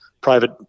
private